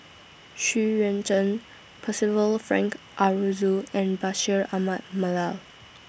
Xu Yuan Zhen Percival Frank Aroozoo and Bashir Ahmad Mallal